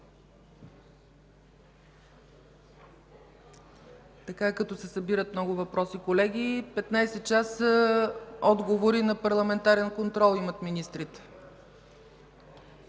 Така е, когато се събират много въпроси, колеги – петнадесет часа отговори на парламентарен контрол имат министрите.